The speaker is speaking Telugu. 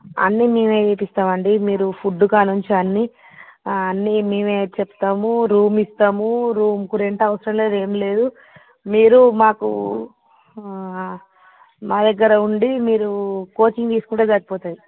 అన్నీ మేమే తీపిస్తాం అండి మీరు ఫుడ్ కాన్నుంచి అన్నీ అన్నీ మేమే చెప్తాము రూమ్ ఇస్తాము రూమ్కి రెంట్ అవసరం లేదు ఏం లేదు మీరు మాకు మా దగ్గర ఉండి మీరు కోచింగ్ తీసుకుంటే సరిపోతుంది